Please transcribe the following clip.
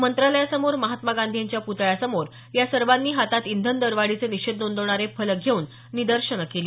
मंत्रालयासमोर महात्मा गांधी यांच्या प्तळ्यासमोर या सर्वांनी हातात इंधन दरवाढीचे निषेध नोंदवणारे फलक घेऊन निदर्शनंही केली